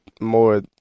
more